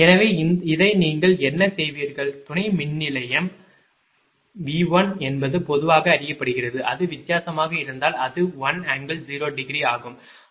எனவே இதை நீங்கள் என்ன செய்வீர்கள் துணை மின்நிலையம் V1 என்பது பொதுவாக அறியப்படுகிறது அது வித்தியாசமாக இருந்தால் அது 1∠0° ஆகும்